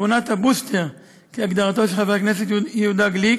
שכונת הבוסטר, כהגדרתו של חבר הכנסת יהודה גליק